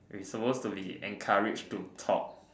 we suppose to be encouraged to talk